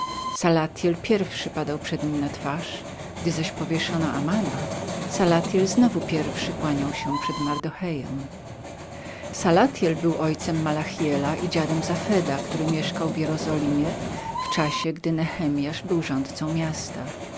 pierwszy padał przed nim na twarz gdy zaś powieszono amana salatiel znowu pierwszy kłaniał się przed mardochejem salatiel był ojcem malachiela i dziadem zafada który mieszkał w jerozolimie właśnie gdy nehemias był rządcą miasta